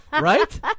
right